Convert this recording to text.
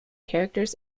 characters